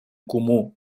comú